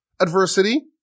adversity